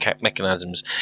mechanisms